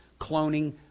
cloning